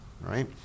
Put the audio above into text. Right